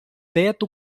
teto